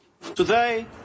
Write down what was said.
Today